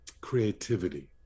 creativity